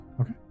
Okay